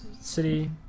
city